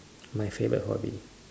my favourite hobby